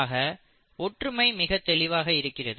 ஆக ஒற்றுமை மிகத் தெளிவாக இருக்கிறது